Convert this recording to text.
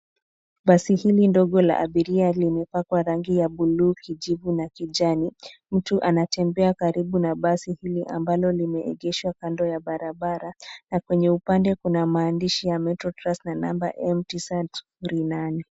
Basi hili ndogo la abiria limepakwa rangi ya buluu, kijivu na kijani. Mtu anatembea karibu na basi hilo ambalo limeegeshwa kando ya barabara na kwenye upande kuna maandishi ya Metro Trans na namba MTZ 08 .